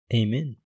amen